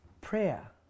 Prayer